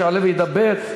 שיעלה וידבר.